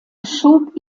schob